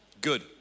Good